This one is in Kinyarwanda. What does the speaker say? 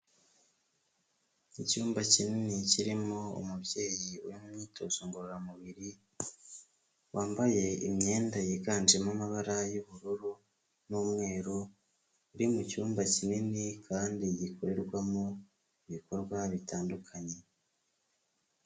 Icyumba kinini kirimo umubyeyi uri mumyitozo ngororamubiri, wambaye imyenda yiganjemo amabara y'ubururu n'umweru uri mucyumba kinini kandi gikorerwamo ibikorwa bitandukanye.